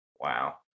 Wow